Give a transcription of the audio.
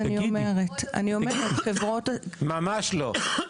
ממש לא.